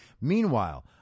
Meanwhile